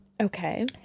okay